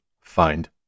find